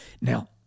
now